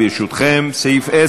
(תיקון מס'